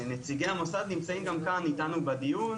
נציגי המוסד נמצאים אתנו כאן בדיון,